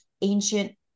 ancient